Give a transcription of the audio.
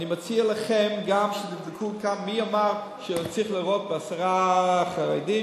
אני מציע לכם גם שתבדקו מי אמר שצריך לירות בעשרה חרדים.